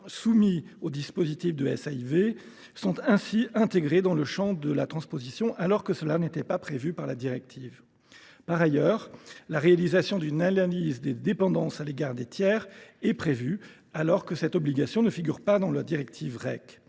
soumis au dispositif des SAIV, sont ainsi intégrés dans le champ de la transposition, alors que cela n’était pas prévu par la directive. Par ailleurs, la réalisation d’une analyse des dépendances à l’égard des tiers est prévue, une obligation qui ne figurait pas dans la directive REC.